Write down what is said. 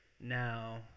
now